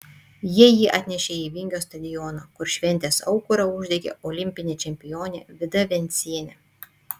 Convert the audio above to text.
jie jį atnešė į vingio stadioną kur šventės aukurą uždegė olimpinė čempionė vida vencienė